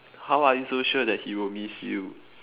how are you so sure that he will miss you